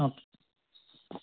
okay